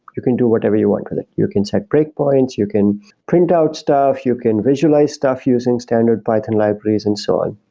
you can do whatever you want with it. you can set breakpoints. you can print out stuff. you can visualize stuff using standard python libraries and so on.